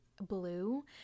Blue